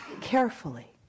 carefully